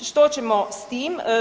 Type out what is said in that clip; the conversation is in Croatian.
Što ćemo s tim?